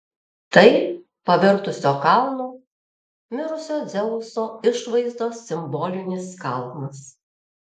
tai pavirtusio kalnu mirusio dzeuso išvaizdos simbolinis kalnas